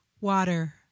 water